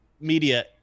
media